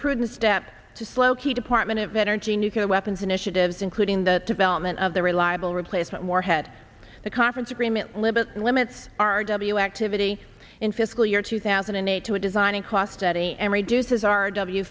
prudent step to slow key department of energy nuclear weapons initiatives including the development of the reliable replacement warhead the conference agreement limit limits r w activity in fiscal year two thousand and eight to a designing cost steady and reduces r w